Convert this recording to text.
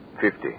Fifty